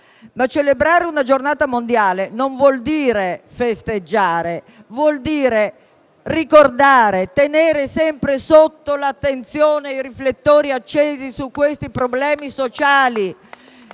celebrare una giornata mondiale non vuol dire festeggiare, vuol dire ricordare e tenere sempre al centro dell'attenzione e sotto i riflettori accesi questi problemi sociali: